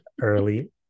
early